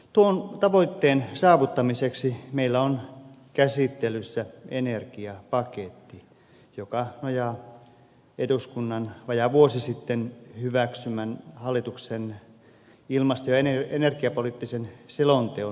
tuon tavoitteen saavuttamiseksi meillä on käsittelyssä energiapaketti joka nojaa hallituksen eduskunnan vajaa vuosi sitten hyväksymän ilmasto ja energiapoliittisen selonteon linjauksiin